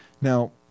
Now